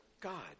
God